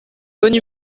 bonne